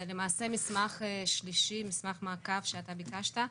זה למעשה מסמך שלישי, מסמך מעקב שאתה ביקשת,